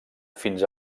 fins